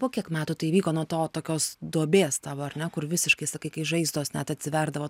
po kiek metų tai vyko nuo to tokios duobės tavo ar ne kur visiškai sakai kai žaizdos net atsiverdavo